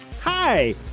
Hi